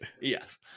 yes